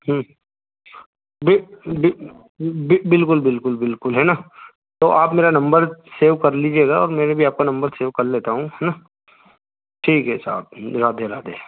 बिलकुल बिलकुल बिलकुल है ना तो आप मेरा नंबर सेव कर लीजिएगा और मैं भी आपका नंबर सेव कर लेता हूँ है ना ठीक है साहब राधे राधे